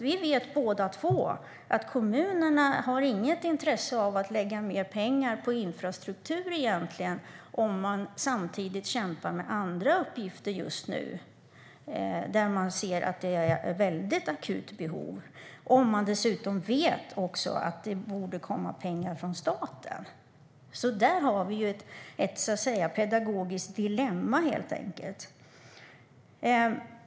Vi vet båda två att kommunerna egentligen inte har något intresse av att lägga ned pengar på infrastruktur om man samtidigt kämpar med andra uppgifter just nu där behoven är akuta och man dessutom vet att det borde komma pengar från staten. Där har vi ett pedagogiskt dilemma, helt enkelt.